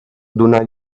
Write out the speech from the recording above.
dóna